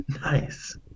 Nice